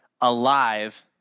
Alive